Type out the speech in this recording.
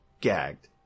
gagged